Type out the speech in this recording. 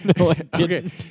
Okay